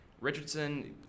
Richardson